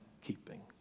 keeping